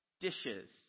dishes